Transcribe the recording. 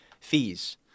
fees